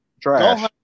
Trash